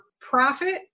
profit